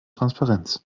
transparenz